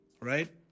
right